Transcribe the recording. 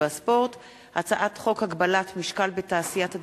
חוק הגבלת משקל בתעשיית הדוגמנות,